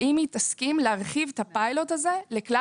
האם היא תסכים להרחיב את הפיילוט הזה לכלל